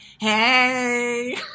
hey